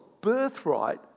birthright